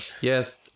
Yes